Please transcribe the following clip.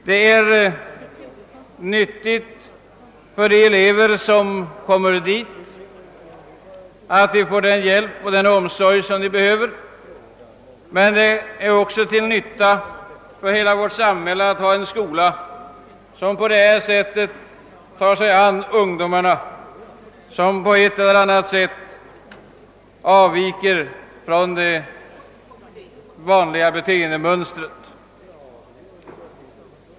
Det är nyttigt för de elever som kommer dit, att de där får den hjälp och den omsorg som de har behov av. Det är också till nytta för hela vårt samhälle att ha en skola som på detta angivna sätt tar sig an ungdomar, vilka på ett eller annat sätt avviker från det vanliga beteendemönstret.